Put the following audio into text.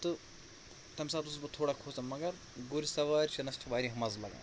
تہٕ تَمہِ ساتہٕ اوسُس بہٕ تھوڑا کھوژان مگر گُرۍ سوارِ چٮ۪نس چھِ واریاہ مَزٕ لگان